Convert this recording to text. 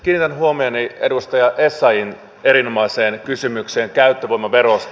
kiinnitän huomioni edustaja essayahin erinomaiseen kysymykseen käyttövoimaverosta